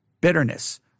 bitterness